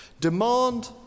demand